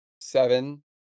seven